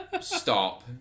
Stop